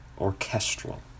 orchestral